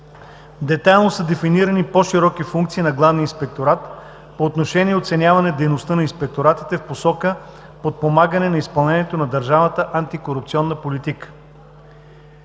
Детайлно са дефинирани по широки функции на Главния инспекторат по отношение оценяване дейността на инспекторатите в посока подпомагане изпълнението на държавната антикорупционна политика.